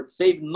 save